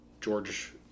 George